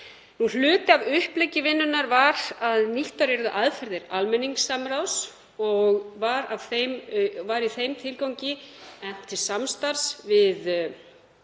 Hluti af uppleggi vinnunnar var að nýttar yrðu aðferðir almenningssamráðs. Var í þeim tilgangi efnt til samstarfs við